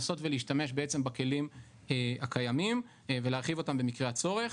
לנסות ולהשתמש בכלים הקיימים ולהרחיב אותם במקרה הצורך.